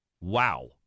Wow